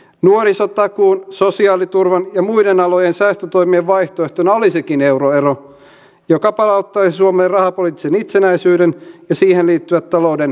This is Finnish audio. nuorisotakuun sosiaaliturvan ja muiden alojen säästötoimien vaihtoehtona olisikin euroero joka palauttaisi suomen rahapoliittisen itsenäisyyden ja siihen liittyvät talouden tervehdyttämiskeinot